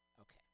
Okay